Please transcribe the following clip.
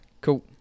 Cool